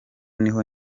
niho